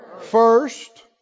first